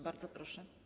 Bardzo proszę.